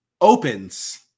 opens